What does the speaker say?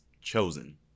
chosen